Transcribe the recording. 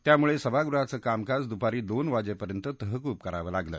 त्यामुळे सभागृहाचं कामकाज दुपारी दोन वाजेपर्यंत तहकूब करावं लागलं